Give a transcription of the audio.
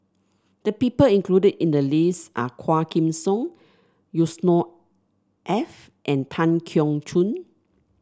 the people included in the list are Quah Kim Song Yusnor F and Tan Keong Choon